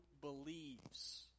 believes